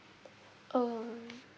uh